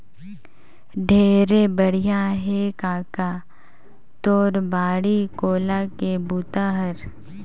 ढेरे बड़िया हे कका तोर बाड़ी कोला के बूता हर